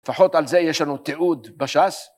לפחות על זה יש לנו תיעוד בש״ס